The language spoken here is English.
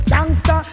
Gangsta